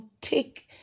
take